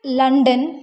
London